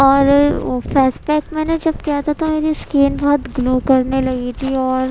اور face pack میں نے جب کیا تھا تو میری اسکین بہت گلو کرنے لگی تھی اور